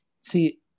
See